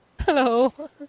Hello